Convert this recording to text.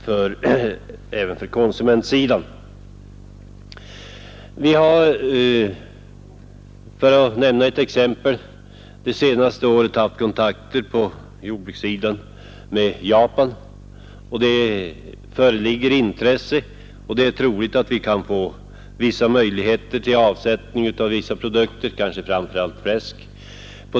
För att nämna ett exempel kan framhållas att vi under det senaste året haft kontakter på jordbrukssidan med Japan. Det är tänkbart att vi på den marknaden kan få möjlighet till avsättning av vissa produkter, framför allt fläsk.